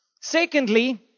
Secondly